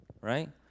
right